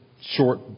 short